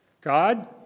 God